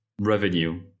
revenue